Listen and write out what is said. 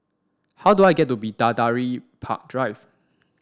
how do I get to Bidadari Park Drive